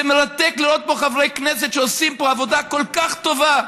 זה מרתק לראות פה חברי כנסת שעושים עבודה כל כך טובה.